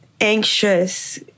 anxious